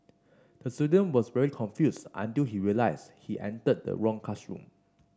the student was very confused until he realised he entered the wrong classroom